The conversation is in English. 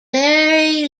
very